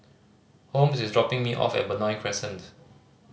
Holmes is dropping me off at Benoi Crescent